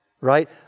right